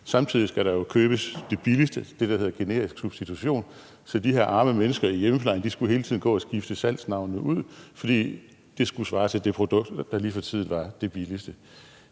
Samtidig skal der jo købes det billigste, det, der hedder generisk substitution, så de her arme mennesker i hjemmeplejen skulle hele tiden gå og skifte salgsnavnene ud, fordi det skulle svare til det produkt, der lige for tiden var det billigste.